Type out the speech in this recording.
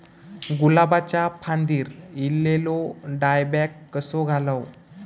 गुलाबाच्या फांदिर एलेलो डायबॅक कसो घालवं?